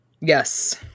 Yes